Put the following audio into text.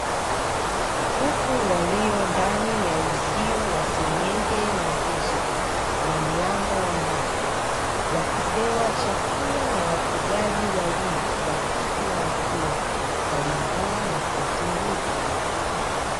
Kuku walio ndani ya uzio wa senyenge na nguzo na mlango wa mbao wakipewa chakula na wafugaji wawili wa kike na wa kiume waliovaa makoti meupe.